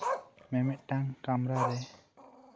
ᱢᱤᱢᱤᱫ ᱴᱟᱝ ᱠᱟᱢᱨᱟ ᱨᱮ